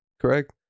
correct